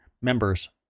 members